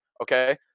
okay